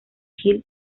hill